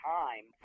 time